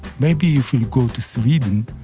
maybe if he'll go to sweden,